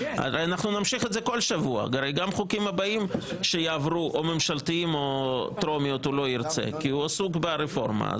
כי גם חוקים אחרים שיעברו הוא לא ירצה כי הוא עסוק ברפורמה.